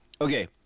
okay